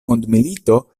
mondmilito